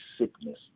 sickness